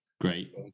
Great